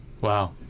Wow